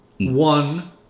one